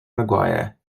mcguire